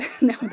No